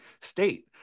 state